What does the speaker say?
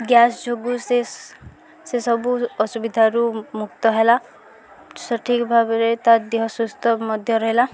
gas ଯୋଗୁଁ ସେ ସେ ସବୁ ଅସୁବିଧାରୁ ମୁକ୍ତ ହେଲା ସଠିକ୍ ଭାବରେ ତା ଦେହ ସୁସ୍ଥ ମଧ୍ୟ ରହିଲା